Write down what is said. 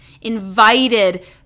invited